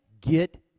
get